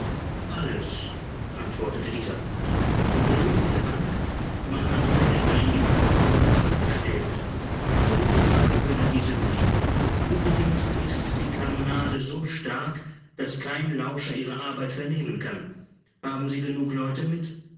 alles antwortete dieser und drüben in der bank man hat wächter in die oberen räume gestellt nach unten aber können diese nicht uebrigens ist die kanonade so stark daß kein lauscher ihre arbeit vernehmen kann haben sie genug leute mit